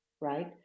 right